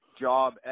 job